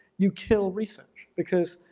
you kill research because